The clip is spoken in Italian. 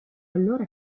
allora